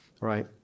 Right